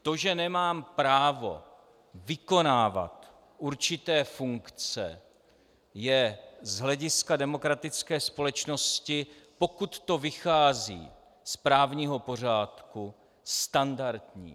To, že nemám právo vykonávat určité funkce, je z hlediska demokratické společnosti, pokud to vychází z právního pořádku, standardní.